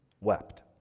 wept